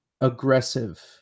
aggressive